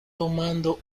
tomando